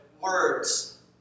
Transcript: words